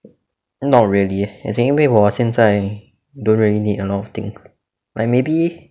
not really eh as in anyway 我现在 don't really need a lot of things like maybe